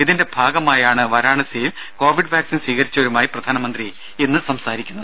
ഇതിന്റെ ഭാഗമായാണ് വരാണസിയിൽ കോവിഡ് വാക്സിൻ സ്വീകരിച്ചവരുമായി പ്രധാനമന്ത്രി ഇന്ന് സംസാരിക്കുന്നത്